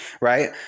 right